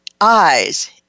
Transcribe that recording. eyes